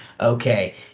okay